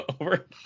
over